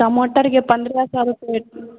टमाटरके पन्द्रह सए रुपए